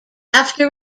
after